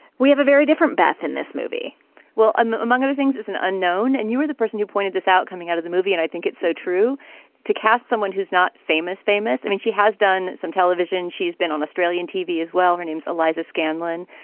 we have a very different beth in this movie well, among other things, is an unknown. and you are the person who pointed this out coming out of the movie. and i think it's so true to cast someone who's not famous, famous. i mean, she has done some television. she's been on australian tv as well. her name's eliza scanlan.